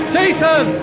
Jason